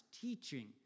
teaching